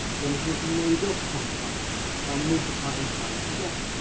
then it is made up from primes by multiplying primes together.